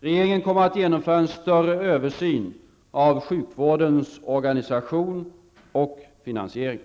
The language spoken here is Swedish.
Regeringen kommer att genomföra en större översyn av sjukvårdens organisation och finansiering.